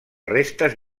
restes